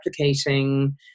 replicating